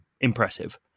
impressive